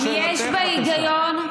אם יש בה היגיון?